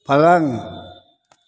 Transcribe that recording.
पलङ्ग